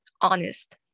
honest